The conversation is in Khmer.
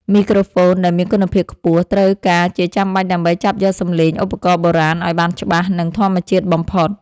មីក្រូហ្វូនដែលមានគុណភាពខ្ពស់ ត្រូវការជាចាំបាច់ដើម្បីចាប់យកសំឡេងឧបករណ៍បុរាណឱ្យបានច្បាស់ និងធម្មជាតិបំផុត។